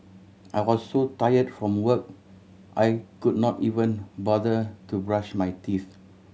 I was so tired from work I could not even bother to brush my teeth